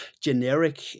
generic